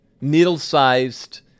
needle-sized